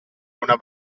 una